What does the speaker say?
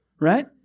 right